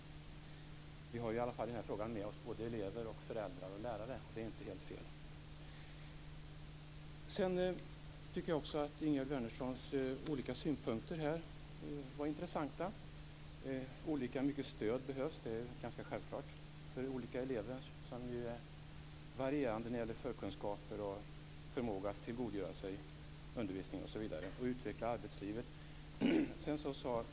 I denna fråga har vi i alla fall med oss såväl elever och föräldrar som lärare, och det är ju inte helt fel. Ingegerd Wärnerssons olika synpunkter här var intressanta. Det behövs olika mycket stöd - ja, det är ganska självklart - för olika elever. Det varierar ju vad gäller förkunskaper, förmåga att tillgodogöra sig undervisning osv. och detta med att utvecklas inför arbetslivet.